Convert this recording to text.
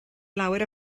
lawer